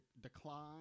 decline